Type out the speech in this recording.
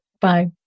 Bye